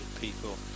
people